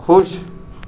खुश